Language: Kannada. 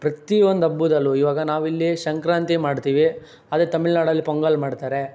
ಪ್ರತಿ ಒಂದು ಹಬ್ಬುದಲ್ಲು ಇವಾಗ ನಾವಿಲ್ಲಿ ಸಂಕ್ರಾಂತಿ ಮಾಡ್ತೀವಿ ಅದೇ ತಮಿಳ್ ನಾಡಲ್ಲಿ ಪೊಂಗಲ್ ಮಾಡ್ತಾರೆ